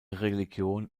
religion